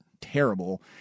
terrible